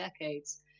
decades